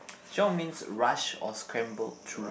chiong means rush or scrambled through